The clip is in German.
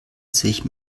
sich